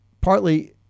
partly